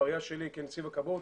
בראייה שלי כנציב כבאות,